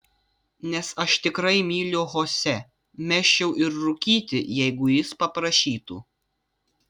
nes aš tikrai myliu chosė mesčiau ir rūkyti jeigu jis paprašytų